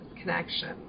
connection